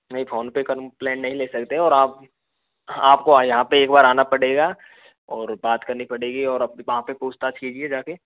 नहीं फ़ोन पे कंप्लेन नहीं ले सकते और आप आपको यहाँ पे एक बार आना पड़ेगा और बात करनी पड़ेगी और अब वहाँ पे पूछताछ कीजिए जाके